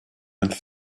and